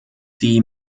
die